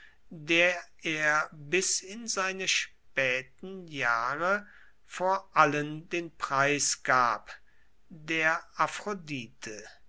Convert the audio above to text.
der er bis in seine späten jahre vor allen den preis gab der